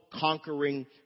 conquering